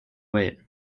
weight